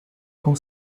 com